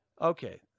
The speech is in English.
Okay